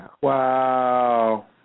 Wow